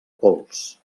pols